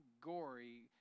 gory